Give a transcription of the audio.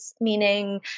meaning